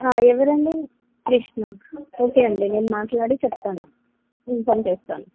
ఎవరండి విష్ణు ఓకే అండి నేను మాట్లాడి చెప్తాను ఇన్ఫామ్ చేస్తాను